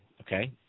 okay